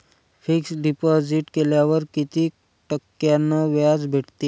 Fix deposit केल्यावर कितीक टक्क्यान व्याज भेटते?